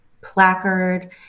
placard